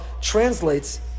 translates